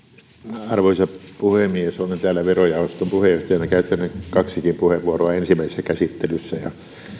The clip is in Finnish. arvoisa puhemies olen täällä verojaoston puheenjohtajana käyttänyt kaksikin puheenvuoroa ensimmäisessä käsittelyssä ja